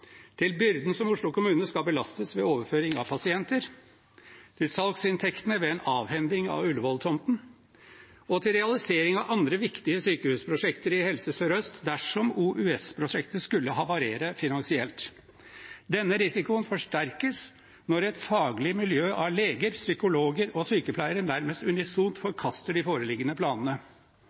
til byrden som Oslo kommune skal belastes med ved overføring av pasienter, til salgsinntektene ved en avhending av Ullevål-tomten og til realisering av andre viktige sykehusprosjekter i Helse Sør-Øst dersom OUS-prosjektet skulle havarere finansielt. Denne risikoen forsterkes når et faglig miljø av leger, psykologer og sykepleiere nærmest unisont forkaster de foreliggende planene.